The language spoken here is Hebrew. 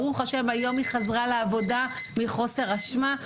ברוך השם, היום היא חזרה לעבודה מחוסר אשמה.